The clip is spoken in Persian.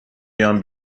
بیام